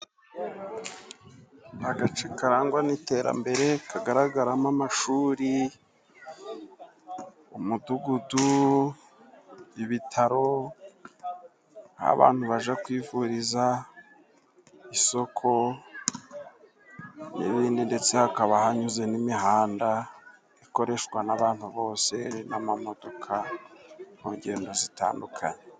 Agace karangwa n'iterambere, kagaragaramo amashuri, umudugudu, ibitaro, aho abantu bajya kwivuriza, isoko n'ibindi, ndetse hakaba hanyuze n'imihanda ikoreshwa n'abantu bose, n'amamodoka mu ngendo zitandukanye.